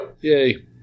yay